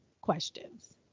questions